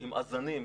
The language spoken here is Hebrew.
עם אזנים,